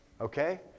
Okay